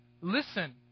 listen